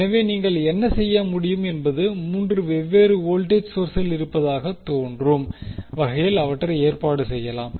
எனவே நீங்கள் என்ன செய்ய முடியும் என்பது 3 வெவ்வேறு வோல்டேஜ் சோர்ஸ்கள் இருப்பதாகத் தோன்றும் வகையில் அவற்றை ஏற்பாடு செய்யலாம்